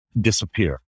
disappear